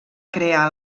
crear